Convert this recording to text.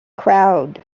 crowd